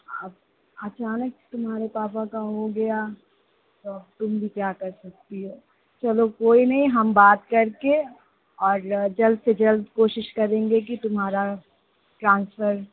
अब अचानक तुम्हारे पापा का हो गया तो अब तुम भी क्या कर सकती हो चलो कोई नहीं हम बात कर के और जल्द से जल्द कोशिश करंगे कि तुम्हारा ट्रान्सफ़र